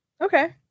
okay